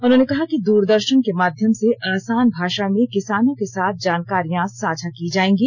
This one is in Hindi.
उन्होंने कहा कि दूरदर्शन के माध्यम से आसान भाषा में किसानों के साथ जानकारियां साझा की जाएंगी